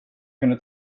kunde